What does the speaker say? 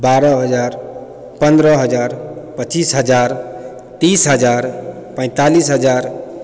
बारह हजार पन्द्रह हजार पचीस हजार तीस हजार पैंतालिस हजार